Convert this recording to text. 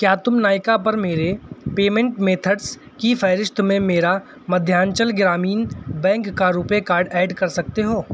کیا تم نائیکا پر میرے پیمینٹ میتھڈس کی فہرست میں میرا مدھیانچل گرامین بینک کا روپئے کارڈ ایڈ کر سکتے ہو